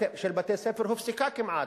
בתי-הספר הופסקה כמעט.